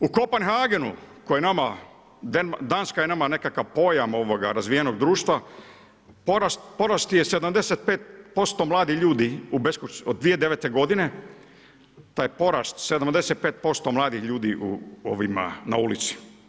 Ču Kopenhagenu koji je nama, Danska je nama nekakav pojam razvijenog društva porast je 75% mladih ljudi od 2009. godine taj je porast 75% mladih ljudi na ulici.